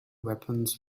weapons